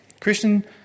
Christian